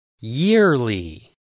YEARLY